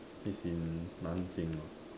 is in nanjing ah